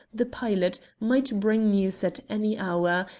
the pilot, might bring news at any hour,